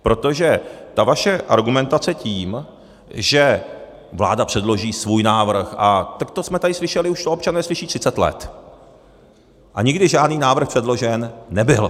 Protože ta vaše argumentace tím, že vláda předloží svůj návrh, to jsme tady slyšeli, občané to už slyší 30 let, a nikdy žádný návrh předložen nebyl.